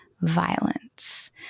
violence